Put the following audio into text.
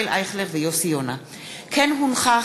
ישראל אייכלר ויוסי יונה בנושא: הצפיפות בכיתות הלימוד,